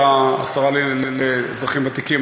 השרה לאזרחים ותיקים,